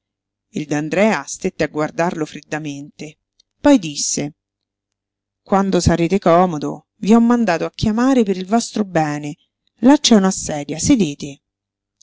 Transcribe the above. il d'andrea stette a guardarlo freddamente poi disse quando sarete comodo i ho mandato a chiamare per il vostro bene là c'è una sedia sedete